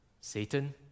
Satan